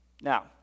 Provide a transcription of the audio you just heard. Now